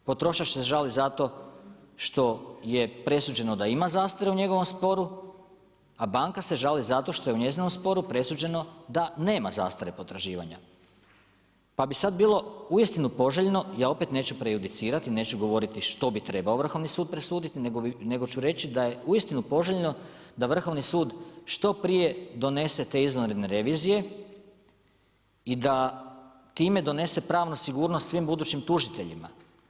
Potrošač se žali za to što je presuđeno da ima zastare u njegovom sporu a banka se žali zato što je u njezinom sporu presuđeno da nema zastare potraživanja pa bi sad bilo uistinu poželjno, ja opet neću prejudicirati, neću govoriti što bi trebao Vrhovni sud presuditi, nego ću reći da je uistinu poželjno da Vrhovni sud što prije donese te izvanredne revizije i da time donese pravnu sigurnost svim budućim tužiteljima.